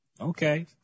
okay